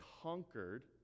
conquered